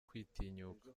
kwitinyuka